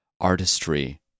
artistry